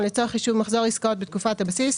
לצורך חישוב מחזור עסקאות בתקופת הבסיס,